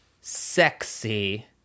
sexy